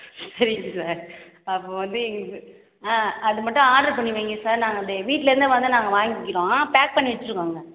சரிங்க சார் அப்போ வந்து எங்களுக்கு ஆ அது மட்டும் ஆட்ரு பண்ணி வையுங்க சார் நாங்கள் வந்து வீட்டிலேருந்தே வந்து நாங்கள் வாங்கிக்கிறோம் பேக் பண்ணி வெச்சிக்கோங்க